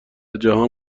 جهان